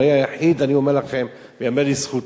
הוא היה יחיד, אני אומר לכם, וייאמר לזכותו,